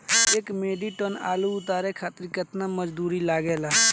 एक metric ton आलू उतारे खातिर केतना मजदूरी लागेला?